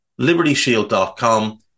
LibertyShield.com